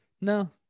No